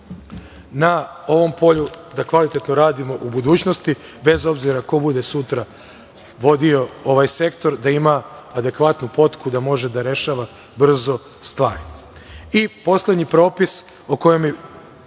na ovom polju da kvalitetno radimo u budućnosti bez obzira ko bude sutra vodio ovaj sektor gde ima adekvatnu potku da može da rešava brzo stvari.I, poslednji propis o kojem bih